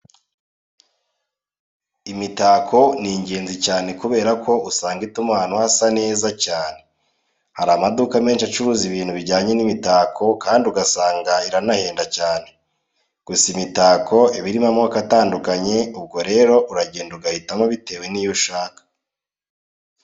Imitako ni ingenzi cyane kubera ko usanga ituma ahantu hasa neza cyane. Hari amaduka menshi acuruza ibintu bijyanye n'imitako kandi ugasanga iranahenda cyane. Gusa imitako iba irimo amoko atandukanye, ubwo rero uragenda ugahitamo bitewe n'iyo ushaka.